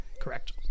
correct